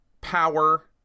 power